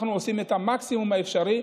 אנחנו עושים את המקסימום האפשרי,